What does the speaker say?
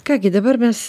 ką gi dabar mes